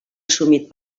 assumit